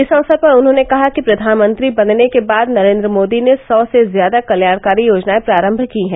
इस अवसर पर उन्होंने कहा कि प्रधानमंत्री बनने के बाद नरेन्द्र मोदी ने सौ से ज्यादा कल्याणकारी योजनायें प्रारम्भ की हैं